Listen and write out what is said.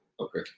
Okay